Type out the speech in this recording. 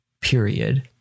period